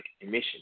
emissions